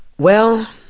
well,